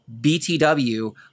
BTW